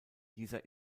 dieser